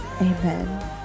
amen